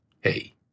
Hey